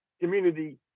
community